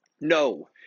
No